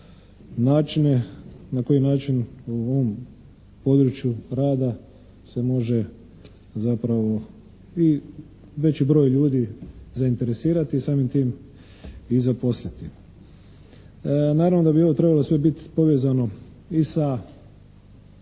načine, na koji način u ovom području rada se može zapravo i veći broj zainteresirati i samim tim i zaposliti. Naravno da bi ovo sve trebalo biti povezano i sa